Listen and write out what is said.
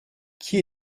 qui